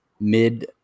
mid